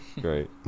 Great